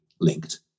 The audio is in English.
linked